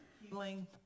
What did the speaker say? healing